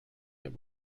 that